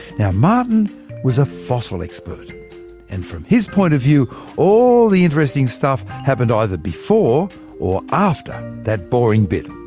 yeah martin was a fossil expert and from his point of view all the interesting stuff happened either before or after that boring bit.